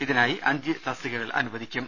ഇതിനായി അഞ്ച് തസ്തികകൾ അനുവദിക്കും